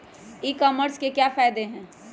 ई commerce के क्या फायदे हैं?